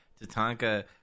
Tatanka